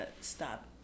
stop